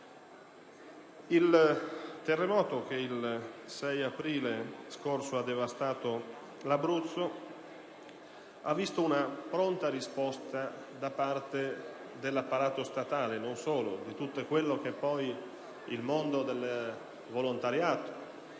Il terremoto che il 6 aprile scorso ha devastato l'Abruzzo ha visto una pronta risposta non solo da parte dell'apparato statale, ma anche di tutto quello che rappresenta il mondo del volontariato